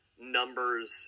numbers